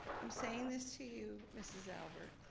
i'm saying this to you mrs. albert,